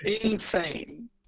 insane